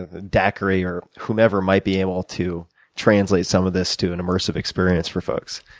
and daqri or whomever might be able to translate some of this to an immersive experience for folks